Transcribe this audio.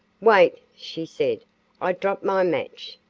wait, she said i dropped my match.